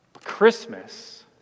Christmas